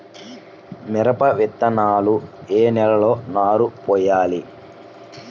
మిరప విత్తనాలు ఏ నెలలో నారు పోయాలి?